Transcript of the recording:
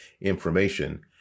information